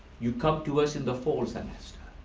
you come to us in the fall semester.